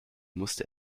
musste